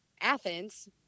Athens